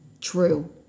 true